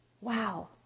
Wow